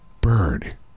bird